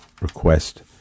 request